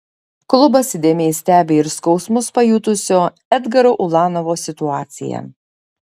klubas įdėmiai stebi ir skausmus pajutusio edgaro ulanovo situaciją